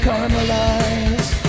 Caramelize